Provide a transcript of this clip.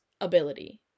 ability